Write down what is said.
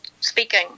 speaking